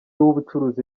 w’ubucuruzi